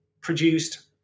produced